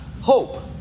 hope